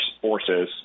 forces